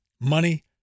Money